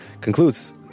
concludes